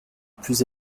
plus